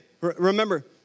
remember